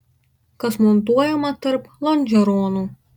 kas montuojama tarp lonžeronų